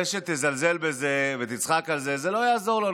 זה שתזלזל בזה ותצחק על זה זה לא יעזור לנו.